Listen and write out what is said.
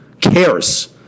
cares